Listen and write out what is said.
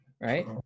right